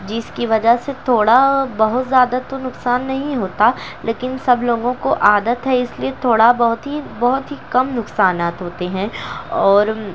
جس کی وجہ سے تھوڑا بہت زیادہ تو نقصان نہیں ہوتا لیکن سب لوگوں کو عادت ہے اس لیے تھوڑا بہت ہی بہت ہی کم نقصانات ہوتے ہیں اور